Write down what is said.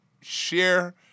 share